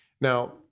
Now